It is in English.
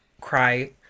cry